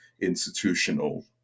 institutional